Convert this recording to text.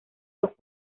los